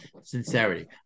sincerity